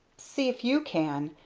see if you can.